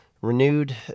renewed